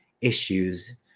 issues